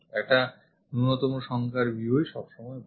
একটা ন্যুনতম সংখ্যার view ই সবসময় ভালো